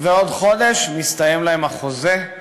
עוד חודש מסתיים להם החוזה,